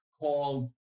called